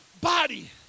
body